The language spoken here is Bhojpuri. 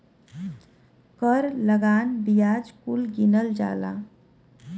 कर लगान बियाज कुल गिनल जाला